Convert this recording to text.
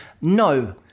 No